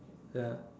ya